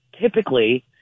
typically